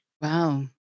Wow